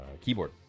keyboard